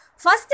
First